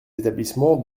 établissements